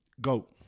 GOAT